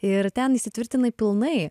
ir ten įsitvirtinai pilnai